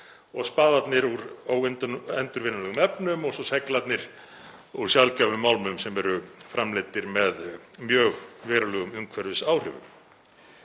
og spaðarnir eru úr óendurvinnanlegum efnum og seglarnir úr sjaldgæfum málmum sem eru framleiddir með mjög verulegum umhverfisáhrifum.